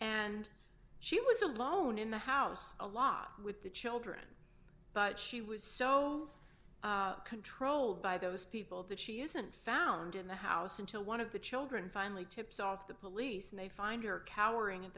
and she was alone in the house a lot with the children but she was so controlled by those people that she isn't found in the house until one of the children finally tips off the police and they find her cowering